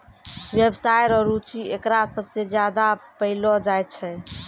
व्यवसाय रो रुचि एकरा सबसे ज्यादा पैलो जाय छै